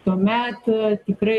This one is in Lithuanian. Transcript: tuomet tikrai